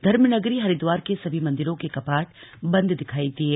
धर्मनगरी हरिद्वार के सभी मंदिरों के कपाट बंद दिखाई दिए